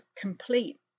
complete